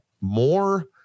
more